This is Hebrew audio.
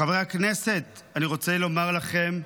חברי הכנסת, אני רוצה לומר לכם: